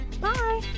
bye